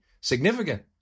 significant